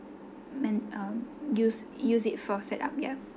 men~ uh use use it for set up yeah